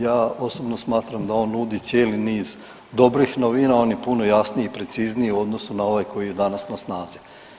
Ja osobno smatram da on nudi cijeli niz dobrih novina, on je puno jasniji i precizniji u odnosu na ovaj koji je danas na snazi.